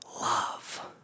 love